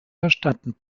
verstanden